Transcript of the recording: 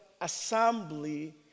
assembly